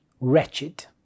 wretched